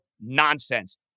nonsense